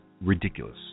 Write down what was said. ridiculous